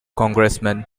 congressman